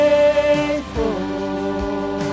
Faithful